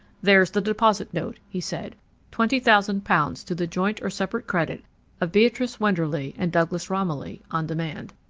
there's the deposit note, he said twenty thousand pounds to the joint or separate credit of beatrice wenderley and douglas romilly, on demand.